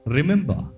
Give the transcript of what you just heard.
Remember